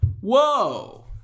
Whoa